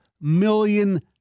million